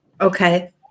Okay